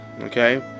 okay